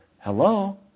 Hello